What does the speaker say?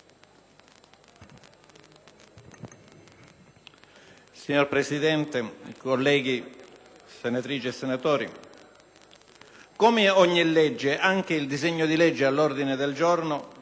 Signor Presidente, senatrici e senatori, come ogni legge anche il disegno di legge all'ordine del giorno